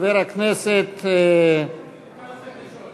אתה לא צריך לשאול.